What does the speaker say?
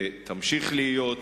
ותמשיך להיות.